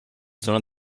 zona